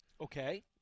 Okay